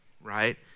right